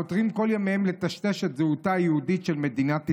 חותרים כל ימיהם לטשטש את זהותה היהודית של מדינת ישראל,